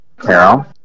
carol